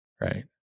Right